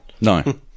No